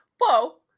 Whoa